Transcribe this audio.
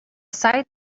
site